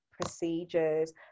procedures